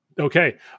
okay